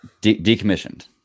decommissioned